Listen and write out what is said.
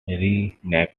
reenactment